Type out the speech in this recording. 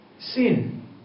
Sin